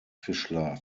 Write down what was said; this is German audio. fischler